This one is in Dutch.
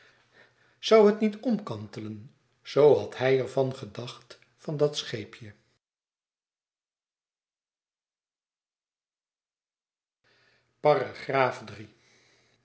zoû het niet omkantelen zoo had hij ervan gedacht van dat scheepje